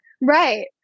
Right